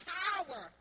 power